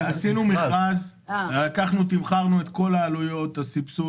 עשינו מכרז, תמחרנו את כל העלויות, את הסבסוד